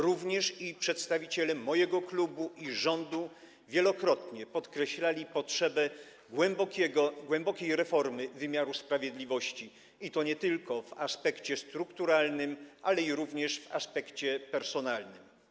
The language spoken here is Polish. Również przedstawiciele mojego klubu i rządu wielokrotnie podkreślali potrzebę głębokiej reformy wymiaru sprawiedliwości, i to nie tylko w aspekcie strukturalnym, ale również w aspekcie personalnym.